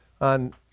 on